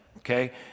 okay